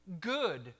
good